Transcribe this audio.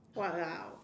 !walao!